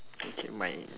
okay mine